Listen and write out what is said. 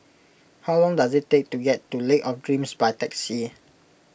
how long does it take to get to Lake of Dreams by taxi